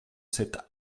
cet